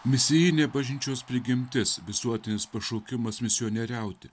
misijinė bažnyčios prigimtis visuotinis pašaukimas misionieriauti